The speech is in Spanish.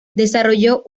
desarrolló